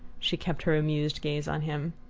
she kept her amused gaze on him.